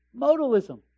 modalism